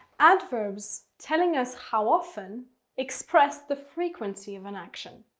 adverbs telling us how often express the frequency of an action.